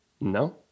No